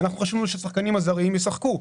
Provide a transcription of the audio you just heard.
חשוב לנו שהשחקנים הזרים ישחקו.